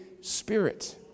Spirit